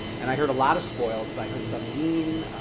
and i heard a lot of spoiled, but i heard some mean,